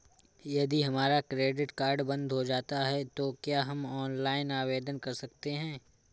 यदि हमारा credit card बंद हो जाता है तो क्या हम ऑनलाइन आवेदन कर सकते हैं?